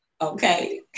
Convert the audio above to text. okay